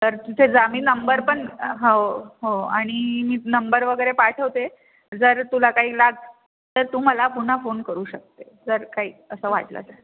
तर तिथे जा मी नंबर पण हो हो आणि मी नंबर वगैरे पाठवते जर तुला काही लाग तर तू मला पुन्हा फोन करू शकते जर काही असं वाटलं जर